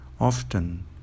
often